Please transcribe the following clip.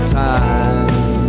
time